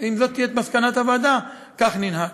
אם זאת תהיה מסקנת הוועדה, כך ננהג.